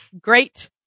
great